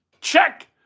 check